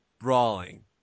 Brawling